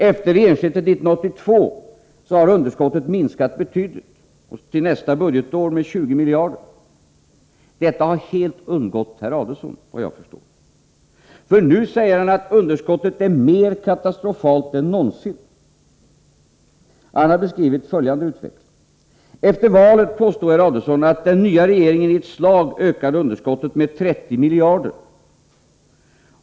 Efter regeringsskiftet 1982 har underskottet minskat betydligt —till nästa budgetår med 20 miljarder. Detta har helt undgått herr Adelsohn, såvitt jag förstår. Nu anser han att underskottet är mer katastrofalt än någonsin. Han har beskrivit följande utveckling. Efter valet påstod herr Adelsohn att den nya regeringen i ett slag ökade underskottet med 30 miljarder.